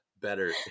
better